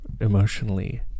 emotionally